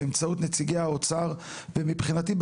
באמצעות נציגי האוצר ומבחינתי,